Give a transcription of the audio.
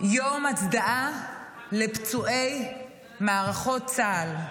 יום הוקרה לפצועי מערכות מערכות ישראל.